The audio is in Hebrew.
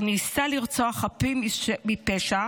אשר ניסה לרצוח חפים מפשע,